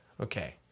Okay